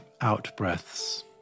out-breaths